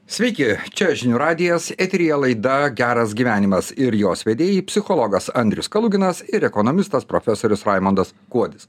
sveiki čia žinių radijas eteryje laida geras gyvenimas ir jos vedėjai psichologas andrius kaluginas ir ekonomistas profesorius raimondas kuodis